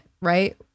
right